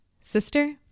sister